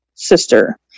sister